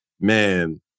Man